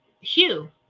Hugh